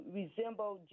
resemble